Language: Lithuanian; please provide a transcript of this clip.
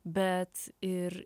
bet ir